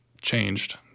changed